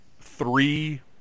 three